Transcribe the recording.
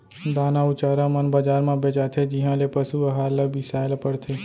दाना अउ चारा मन बजार म बेचाथें जिहॉं ले पसु अहार ल बिसाए ल परथे